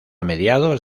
mediados